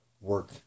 work